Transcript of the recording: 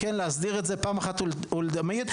להסדיר את זה פעם אחת ולתמיד,